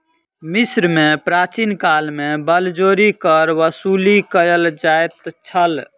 मिस्र में प्राचीन काल में बलजोरी कर वसूली कयल जाइत छल